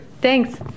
Thanks